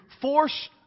force